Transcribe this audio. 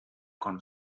con